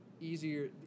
easier